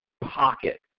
pocket